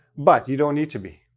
but you don't need to be.